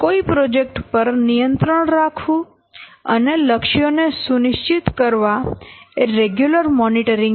કોઈ પ્રોજેક્ટ પર નિયંત્રણ રાખવું અને લક્ષ્યો ને સુનિશ્ચિત કરવા એ રેગ્યુલર મોનીટરીંગ છે